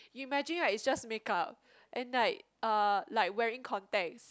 imagine right it's just makeup and like uh like wearing contacts